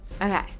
Okay